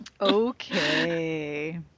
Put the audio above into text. Okay